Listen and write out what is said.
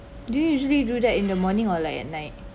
do you usually do that in the morning or like at night